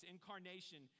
Incarnation